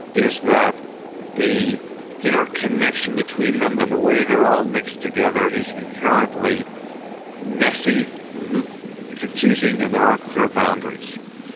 is that the inner connection between them and the way they're all mixed together is inherently messy and confusing and there aren't clear boundaries.